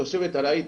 תושבת ארעית.